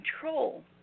control